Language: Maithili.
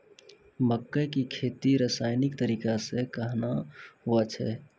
मक्के की खेती रसायनिक तरीका से कहना हुआ छ?